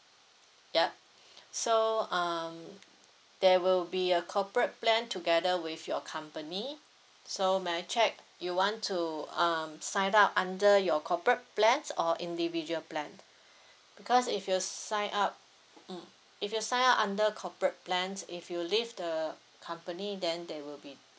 ya so um there will be a corporate plan together with your company so may I check you want to um sign up under your corporate plans or individual plan because if you sign up mm if you sign up under corporate plans if you leave the company then they will be